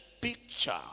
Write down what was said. picture